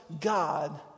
God